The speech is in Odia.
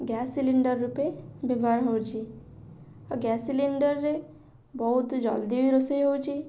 ଗ୍ୟାସ୍ ସିଲିଣ୍ଡର୍ ରୂପେ ବ୍ୟବହାର ହେଉଛି ଆଉ ଗ୍ୟାସ୍ ସିଲିଣ୍ଡର୍ରେ ବହୁତ ଜଲଦି ବି ରୋଷେଇ ହେଉଛି